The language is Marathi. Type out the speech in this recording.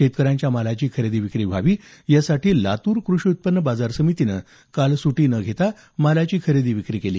शेतकऱ्यांच्या मालाची खरेदी विक्री व्हावी यासाठी लातूर कृषी उत्पन्न बाजार समितीनं काल कामगार दिनाची सुट्टी न घेता मालाची खरेदी विक्री केली